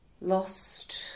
lost